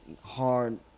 hard